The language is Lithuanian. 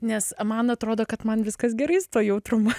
nes man atrodo kad man viskas gerai su tuo jautrumu